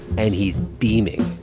and he's beaming.